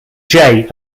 jay